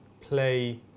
play